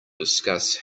discuss